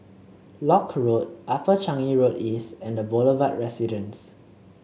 Lock Road Upper Changi Road East and The Boulevard Residence